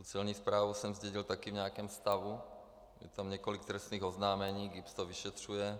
Celní správu jsem zdědil také v nějakém stavu, je tam několik trestních oznámení, GIBS to vyšetřuje.